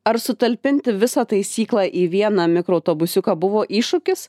ar sutalpinti visą taisyklą į vieną mikroautobusiuką buvo iššūkis